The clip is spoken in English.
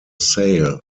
sale